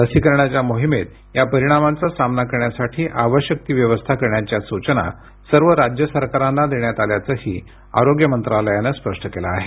लसीकरणाच्या मोहिमेत या परिणामांचा सामना करण्यासाठी आवश्यक ती व्यवस्था करण्याच्या सूचना सर्व राज्य सरकारांना देण्यात आल्याचंही आरोग्य मंत्रालयानं स्पष्ट केलं आहे